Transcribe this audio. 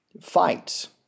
fights